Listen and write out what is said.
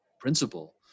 principle